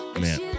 man